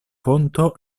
fonto